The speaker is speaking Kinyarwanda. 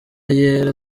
yera